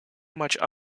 much